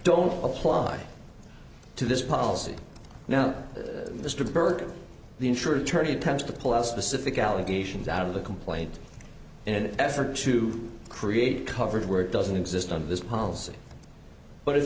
don't apply to this policy now that mr burke the insurer attorney tends to pull out specific allegations out of the complaint in an effort to create covered where it doesn't exist on this policy but